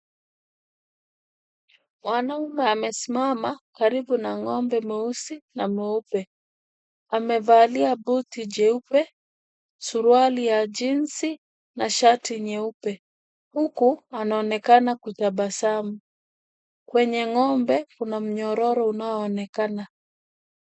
Mwanaume amesimama karibu na ng'ombe mweusi na mweupe. Amevalia buti jeupe, suruali ya jinsi na shati nyeupe, huku anaonekana kutabasamu. Kwenye ng'ombe kuna nyororo unaoonekana.